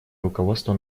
руководство